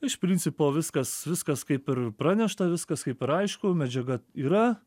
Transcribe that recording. iš principo viskas viskas kaip ir pranešta viskas kaip ir aišku medžiaga yra